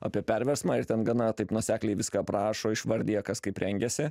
apie perversmą ir ten gana taip nuosekliai viską aprašo išvardija kas kaip rengėsi